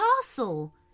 castle